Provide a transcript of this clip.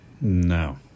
No